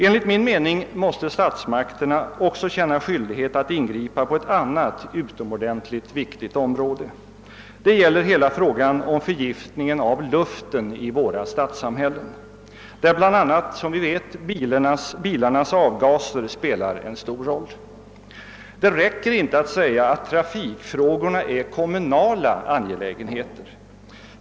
Enligt min mening måste statsmakterna också känna skyldighet att ingripa på ett annat utomordentligt viktigt område. Det gäller hela frågan om förgiftningen av luften i våra stadssamhällen, där bl.a. som vi vet bilarnas avgaser spelar en stor roll. Det räcker inte att säga att trafikfrågorna är kommunala angelägenheter.